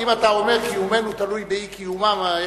קיומם הלאומי.